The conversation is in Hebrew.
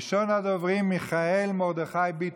ראשון הדוברים, מיכאל מרדכי ביטון.